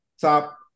top